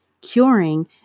Curing